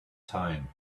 time